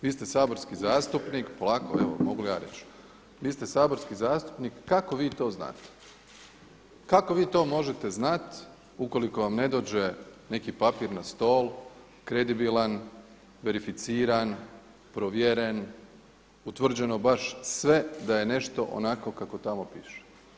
Vi ste saborski zastupnik, polako evo mogu ja reći, vi ste saborski zastupnik kako vi to znate, kako vi to možete znati ukoliko vam ne dođe neki papir na stol, kredibilan, verificiran, provjeren, utvrđeno baš sve da je nešto onako kako tamo piše.